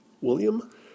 William